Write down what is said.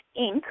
Inc